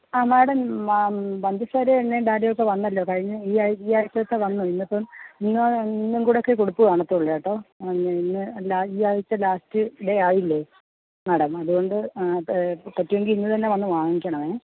ആ മാഡം പഞ്ചസാരയും എണ്ണയും ഡാലും ഒക്കെ വന്നല്ലോ കഴിഞ്ഞ ഈ ഈ ആഴ്ചത്തെ വന്നു ഇന്നിപ്പം ഇന്ന് ഇന്നുംകൂടെ ഒക്കെ കൊടുത്ത് കാണത്തുള്ളൂ കേട്ടോ പിന്നെ അല്ല ഈയാഴ്ച ലാസ്റ്റ് ഡേ ആയില്ലേ മാഡം അതുകൊണ്ട് പറ്റുമെങ്കിൽ ഇന്ന് തന്നെ വന്ന് വാങ്ങിക്കണമേ